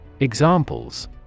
Examples